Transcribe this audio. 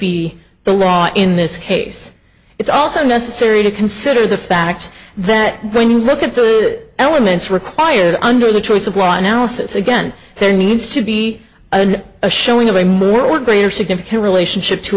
be the law in this case it's also necessary to consider the fact that when you look at the elements required under the choice of law analysis again there needs to be a showing of a more or greater significant relationship to